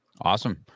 Awesome